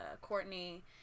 Courtney